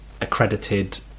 accredited